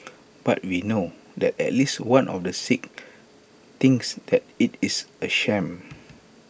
but we know that at least one of the six thinks that IT is A sham